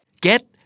Get